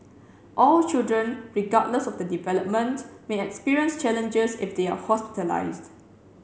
all children regardless of their development may experience challenges if they are hospitalised